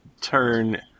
turn